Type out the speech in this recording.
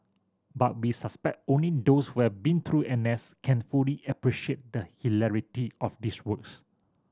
but we suspect only those who have been through N S can fully appreciate the hilarity of these words